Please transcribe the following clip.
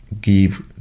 give